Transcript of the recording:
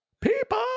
People